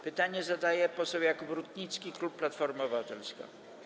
Pytanie zadaje poseł Jakub Rutnicki, klub Platforma Obywatelska.